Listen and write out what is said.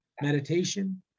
meditation